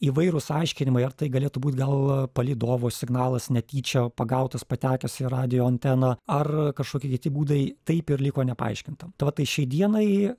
įvairūs aiškinimai ar tai galėtų būt gal palydovo signalas netyčia pagautas patekęs į radijo anteną ar kažkokie kiti būdai taip ir liko nepaaiškinta tai va tai šiai dienai